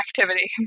activity